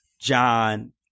John